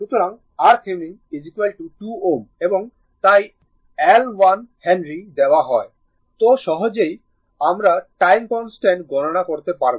সুতরাং RThevenin 2 Ω এবং তাই L 1 হেনরি দেওয়া হয় তো সহজেই আমরা টাইম কনস্ট্যান্ট গণনা করতে পারব